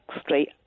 Street